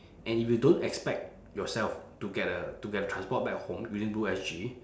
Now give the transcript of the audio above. and if you don't expect yourself to get a to get transport back home using blue S_G